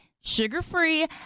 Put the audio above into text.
sugar-free